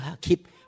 keep